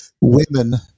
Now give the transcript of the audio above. women